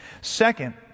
Second